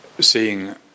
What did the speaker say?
seeing